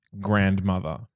grandmother